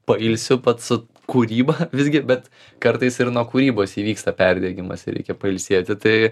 pailsiu pats su kūryba visgi bet kartais ir nuo kūrybos įvyksta perdegimas reikia pailsėti tai